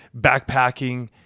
backpacking